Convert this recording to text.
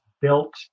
built